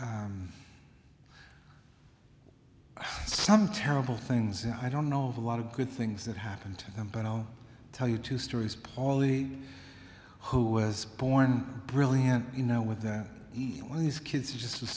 some terrible things and i don't know of a lot of good things that happened to them but i'll tell you two stories paulie who was born brilliant you know with each one of these kids just